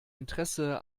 interesse